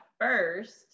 first